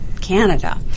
Canada